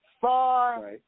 far